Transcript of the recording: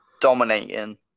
dominating